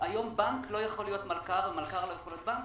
היום בנק לא יכול להיות מלכ"ר ומלכ"ר לא יכול להיות בנק.